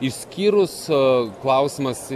išskyrus klausimas